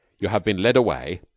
you have been led away,